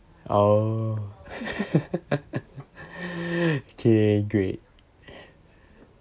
oh okay great